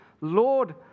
Lord